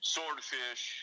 Swordfish